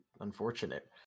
unfortunate